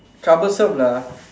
troublesome lah